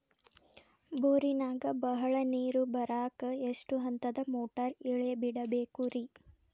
ಬೋರಿನಾಗ ಬಹಳ ನೇರು ಬರಾಕ ಎಷ್ಟು ಹಂತದ ಮೋಟಾರ್ ಇಳೆ ಬಿಡಬೇಕು ರಿ?